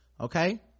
Okay